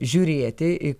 žiūrėti į